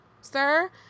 sir